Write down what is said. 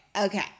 Okay